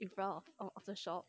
gina was oh after shop